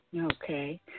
Okay